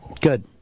Good